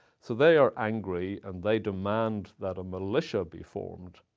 so they are angry, and they demand that a militia be formed.